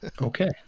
okay